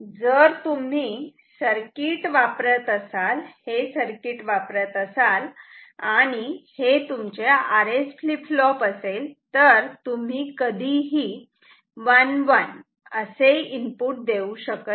जर तुम्ही हे सर्किट वापरत असाल आणि हे फ्लीप फ्लोप असेल तर तुम्ही कधीही 1 1 असे इनपुट देऊ शकत नाही